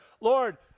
Lord